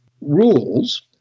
rules